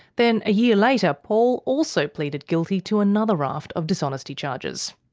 then a year later, paul also pleaded guilty to another raft of dishonesty charges.